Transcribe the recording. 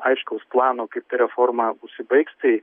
aiškaus plano kaip ta reforma užsibaigs tai